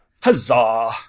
huzzah